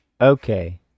Okay